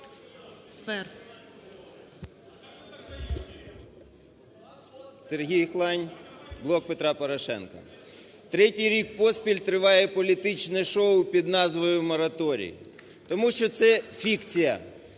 Сергій Хлань, "Блок Петра Порошенка". Третій рік поспіль триває політичне шоу під назвою "мораторій". Тому що це фікція.